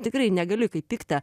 tikrai negaliu kaip pikta